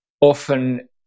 often